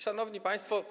Szanowni Państwo!